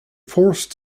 forced